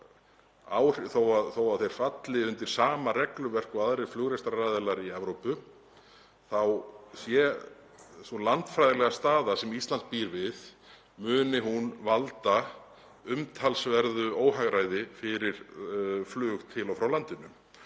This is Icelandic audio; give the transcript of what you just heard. þó að þeir falli undir sama regluverk og aðrir flugrekstraraðilar í Evrópu muni sú landfræðilega staða sem Ísland býr við valda umtalsverðu óhagræði fyrir flug til og frá landinu.